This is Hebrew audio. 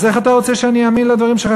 אז איך אתה רוצה שאני אאמין לדברים שלך,